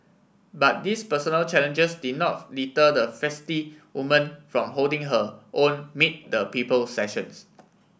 but these personal challenges did not deter the feisty woman from holding her own meet the people sessions